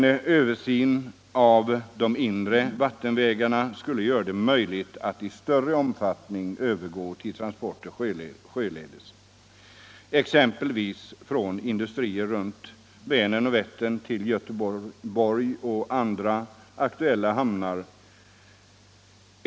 En översyn av de inre vattenvägarna skulle göra det möjligt att i större omfattning övergå till transporter sjöledes, exempelvis från industrierna runt Vänern och Vättern till Göteborg och andra aktuella hamnar.